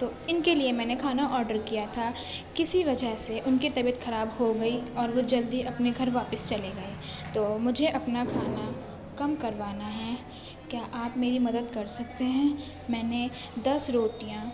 تو ان کے لیے میں نے کھانا آڈر کیا تھا کسی وجہ سے ان کے طبیعت خراب ہو گئی اور وہ جلد ہی اپنے گھر واپس چلے گئے تو مجھے اپنا کھانا کم کروانا ہے کیا آپ میری مدد کر سکتے ہیں میں نے دس روٹیاں